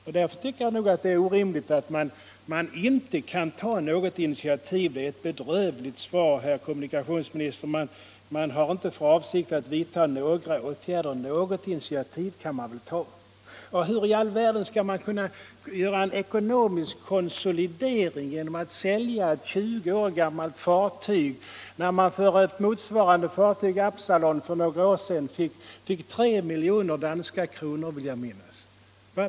Jag tycker det är orimligt att man inte kan ta något initiativ. Det är ett bedrövligt svar, herr kommunikationsministern, att man inte har för avsikt att vidta några åtgärder. Något initiativ kan man väl ta! Hur i all världen skall man kunna göra en ekonomisk konsolidering genom att sälja ett 20 år gammalt fartyg, när man för ett motsvarande fartyg - Absalon — för några år sedan fick 3 miljoner danska kronor, såvitt jag minns?